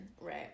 Right